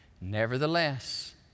Nevertheless